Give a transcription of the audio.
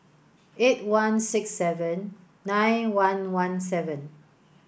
eight one six seven nine one one seven